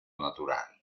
natural